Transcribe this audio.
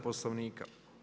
Poslovnika.